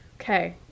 Okay